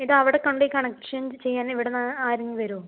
ഇതവിടെ കൊണ്ടുപോയി കണക്ഷൻ ചെയ്യാൻ ഇവിടെനിന്ന് ആരെങ്കിലും വരുമോ